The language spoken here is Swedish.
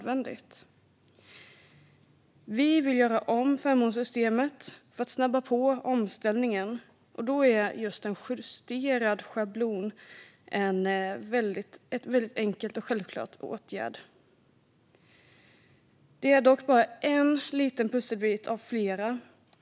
Vi vill göra om förmånssystemet för att snabba på omställningen, och då är en justerad schablon en enkel och självklar åtgärd. Det är dock bara en liten pusselbit av flera.